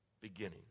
beginning